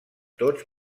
tots